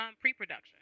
pre-production